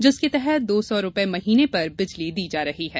जिसके तहत दो सौ रूपये महीने पर बिजली दी जा रही है